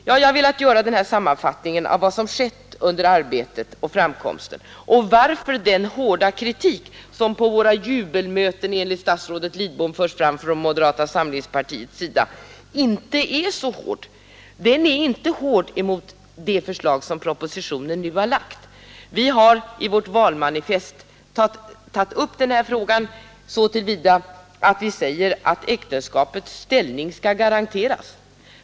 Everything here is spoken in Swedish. Jag har velat göra denna sammanfattning av vad som har skett och därmed klarlägga att den hårda kritik som på våra ”jubelmöten”, enligt statsrådet Lidbom, förs fram från moderata samlingspartiets sida inte är hård jämfört med det förslag som propositionen innehåller. Vi har i vårt valmanifest tagit upp den här frågan så till vida att vi säger att äktenskapets ställning skall stärkas.